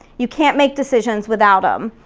you can't make decisions without em.